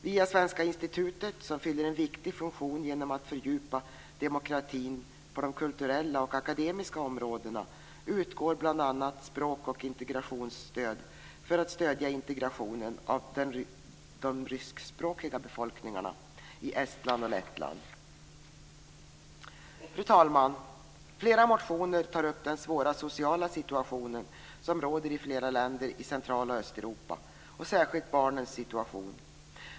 Vid Svenska institutet, som fyller en viktig funktion genom att fördjupa demokratin på de kulturella och akademiska områdena, utgår bl.a. språk och integrationsstöd för att stödja integrationen av de ryskspråkiga befolkningarna i Estland och Lettland. Fru talman! I flera motioner tar man upp den svåra sociala situation som råder i flera länder i Centraloch Östeuropa, och särskilt barnens situation.